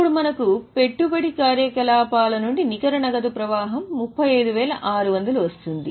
అప్పుడు మనకు పెట్టుబడి కార్యకలాపాల నుండి నికర నగదు ప్రవాహం 35600 వస్తుంది